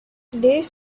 this